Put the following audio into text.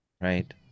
Right